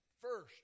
first